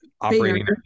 operating